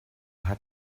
hat